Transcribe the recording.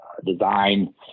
design